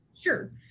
Sure